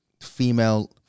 female